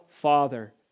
Father